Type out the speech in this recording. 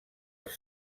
els